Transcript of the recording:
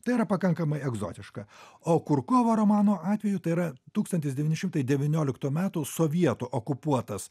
tai yra pakankamai egzotiška o kurkovo romano atveju tai yra tūkstantis devyni šimtai devynioliktų metų sovietų okupuotas